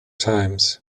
times